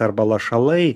arba lašalai